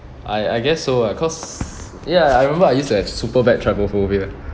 I I guess so ah cause ya I remember I used to have super bad trypophobia